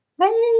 Hey